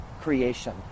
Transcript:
creation